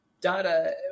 Data